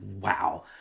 wow